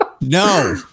no